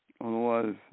Otherwise